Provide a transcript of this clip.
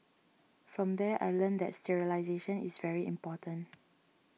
from there I learnt that sterilisation is very important